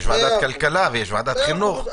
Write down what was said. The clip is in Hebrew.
יש ועדת כלכלה, יש ועדת חינוך.